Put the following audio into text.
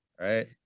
Right